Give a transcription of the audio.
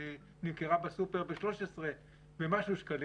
נמכרה בסופר ב-13 שקלים ומשהו.